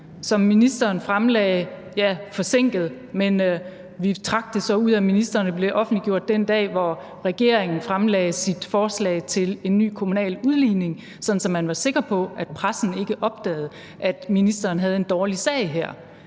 som ministeren fremlagde forsinket, ja, men vi trak det så ud af ministeren, og det blev offentliggjort den dag, hvor regeringen fremlagde sit forslag til en ny kommunal udligning, sådan at man var sikker på, at pressen ikke opdagede, at ministeren havde en dårlig sag her.